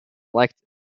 elected